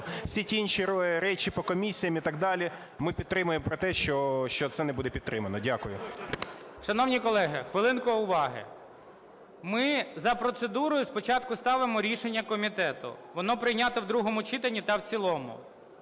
Всі ті інші речі, по комісіям і так далі, ми підтримуємо про те, що це не буде підтримано. Дякую. ГОЛОВУЮЧИЙ. Шановні колеги, хвилинку уваги! Ми за процедурою спочатку ставимо рішення комітету, воно - прийняти в другому читанні та в цілому.